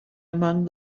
among